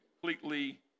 completely